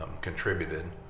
contributed